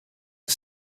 het